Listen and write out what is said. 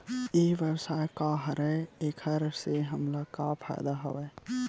ई व्यवसाय का हरय एखर से हमला का फ़ायदा हवय?